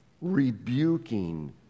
rebuking